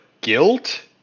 guilt